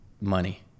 money